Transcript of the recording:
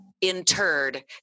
interred